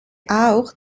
auch